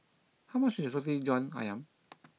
how much is Roti Jhn Ayam